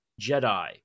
Jedi